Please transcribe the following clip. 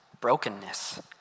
brokenness